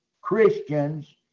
Christians